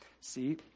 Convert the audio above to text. See